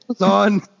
on